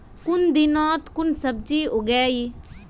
कुन दिनोत कुन सब्जी उगेई?